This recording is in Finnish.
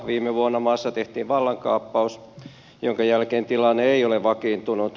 viime vuonna maassa tehtiin vallankaappaus jonka jälkeen tilanne ei ole vakiintunut